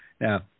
Now